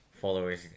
followers